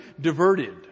diverted